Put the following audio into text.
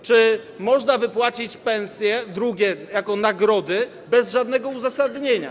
Czy można wypłacić pensje, drugie, jako nagrody, bez żadnego uzasadnienia?